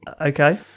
Okay